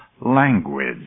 language